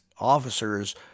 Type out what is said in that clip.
officers